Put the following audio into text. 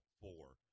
four